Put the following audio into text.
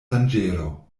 danĝero